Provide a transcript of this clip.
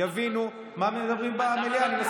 הייתי שמח להבין, אבל אני לא מבין את זה.